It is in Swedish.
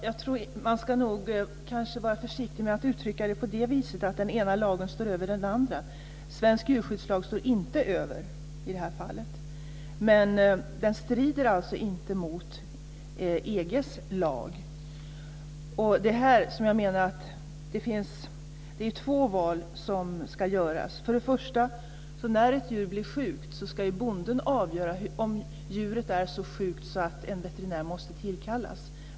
Fru talman! Man ska nog vara försiktig med att uttrycka det som att den ena lagen står över den andra. Svensk djurskyddslag står inte över i det här fallet. Men den strider alltså inte mot EG:s lag. Det är två val som ska göras. När ett djur blir sjukt ska bonden först avgöra om djuret är så sjukt att en veterinär måste tillkallas.